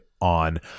on